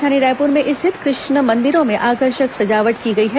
राजधानी रायपुर में स्थित कृष्ण मंदिरों में आकर्षक सजावट की गई है